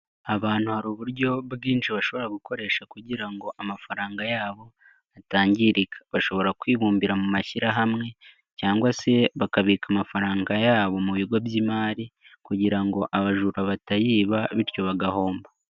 Abantu hari uburyo bwinshi bashobora gukoresha kugira ngo amafaranga yabo atangirika, bashobora kwibumbira mu mashyirahamwe cyangwa se bakabika amafaranga yabo mu bigo by'imari kugira ngo abajura batayiba bityo bagahomba.